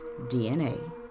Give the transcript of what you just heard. DNA